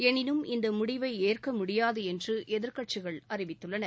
எனினும் இந்த முடிவை ஏற்க முடியாது என்று எதிர்க்கட்சிகள் அறிவித்துள்ளன